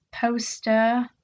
poster